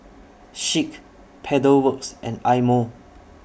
Schick Pedal Works and Eye Mo